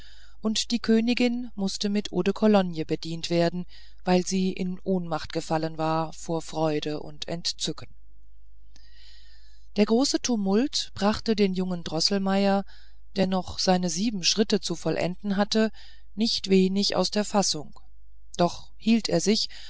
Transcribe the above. und die königin mußte mit eau de cologne bedient werden weil sie in ohnmacht gefallen vor freude und entzücken der große tumult brachte den jungen droßelmeier der noch seine sieben schritte zu vollenden hatte nicht wenig aus der fassung doch hielt er sich